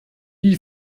die